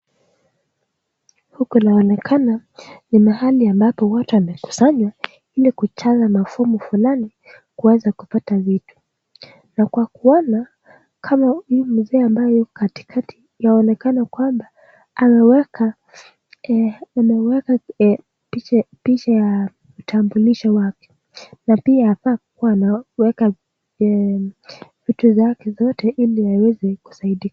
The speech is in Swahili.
Huku kunaonekana ni mahali ambapo watu wameweza kukusanywa ili kujaza mafomu fulani ili kupata vitu . Na kwa kuona kuonekana huyo mzee ambayo ako katikati anaweka picha ya kitambulisho wake na anafaa kueka vitu zake vote ili kusaidika.